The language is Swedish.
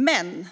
Men